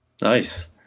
Nice